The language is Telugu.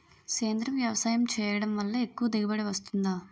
సేంద్రీయ వ్యవసాయం చేయడం వల్ల ఎక్కువ దిగుబడి వస్తుందా?